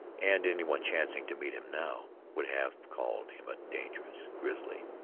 and any one chancing to meet him now would have called him a dangerous grizzly.